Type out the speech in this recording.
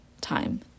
time